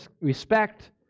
respect